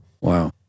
Wow